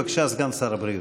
בבקשה, סגן שר הבריאות.